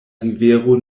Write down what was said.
rivero